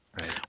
Right